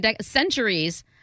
centuries